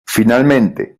finalmente